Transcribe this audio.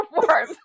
perform